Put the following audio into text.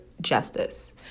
justice